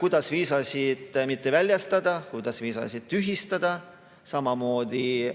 kuidas viisasid mitte väljastada, kuidas viisasid tühistada, samamoodi